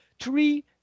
three